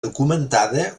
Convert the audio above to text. documentada